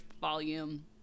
volume